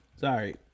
Sorry